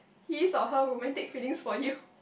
his or her romantic feelings for you